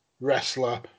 wrestler